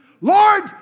Lord